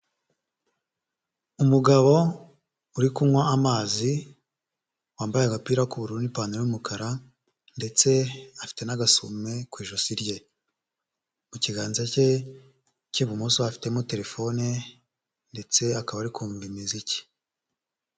Umugabo uri kunywa amazi, wambaye agapira k'ubururu n'ipantaro y'umukara ndetse afite n'agasume ku ijosi rye. Mu kiganza cye cy'ibumoso afitemo terefone ndetse akaba ari kumva imiziki.